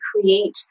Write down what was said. create